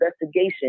investigation